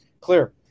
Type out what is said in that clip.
Clear